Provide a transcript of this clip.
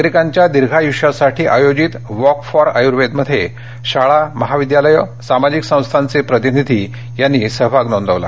नागरिकांच्या दीर्घायुष्यासाठी आयोजित वॉक फॉर आयुर्वेद मध्ये शाळा महाविद्यालय सामाजिक संस्थांचे प्रतिनिधी अशा एकंदर दोनशे जणांनी सहभाग नोंदवला